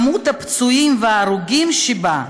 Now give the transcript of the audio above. מספר הפצועים וההרוגים שבה,